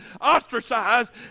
ostracized